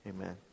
amen